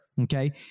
Okay